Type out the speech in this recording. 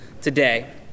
today